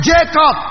Jacob